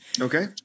Okay